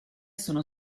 sono